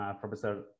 Professor